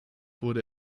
wurde